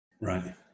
Right